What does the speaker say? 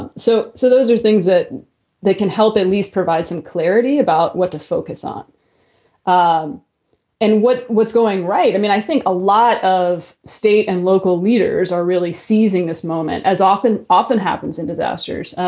and so so those are things that they can help at least provide some clarity about what to focus on um and what what's going right. i mean, i think a lot of state and local leaders are really seizing this moment as often often happens in disasters